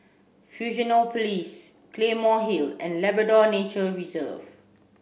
Fusionopolis Place Claymore Hill and Labrador Nature Reserve